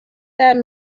that